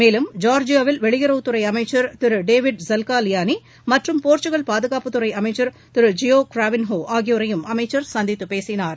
மேலும் ஜார்ஜியாவில் வெளியுறவுத்துறை அமைச்சர் திரு டேவிட் ஜெல்கா லைனி மற்றும் போர்ச்சுகல் பாதுகாப்புத்துறை அமைச்ச் திரு ஜியோ க்ரோவின் ஒ ஆகியோரையும் அமைச்ச் சந்தித்து பேசினார்